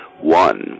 One